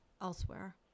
elsewhere